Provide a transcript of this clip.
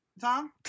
Tom